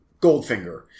Goldfinger